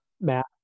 Matt